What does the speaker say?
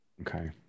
Okay